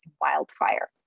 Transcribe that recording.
wildfire